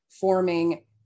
forming